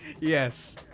Yes